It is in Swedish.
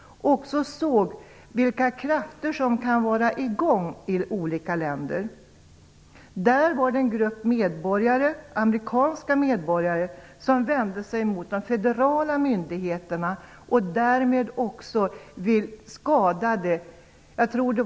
Vi såg vilka krafter som kan vara i gång i olika länder. Där var det en grupp amerikanska medborgare som vände sig emot de federala myndigheterna och därmed också skadade människor.